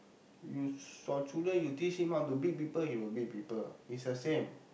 you s~ your children you teach him how to beat people he will beat people it's the same